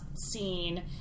seen